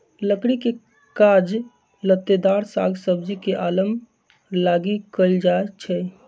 लकड़ी के काज लत्तेदार साग सब्जी के अलाम लागी कएल जाइ छइ